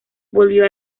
volvió